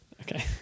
Okay